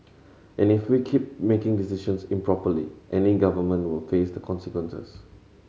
and if we keep making decisions improperly any government will face the consequences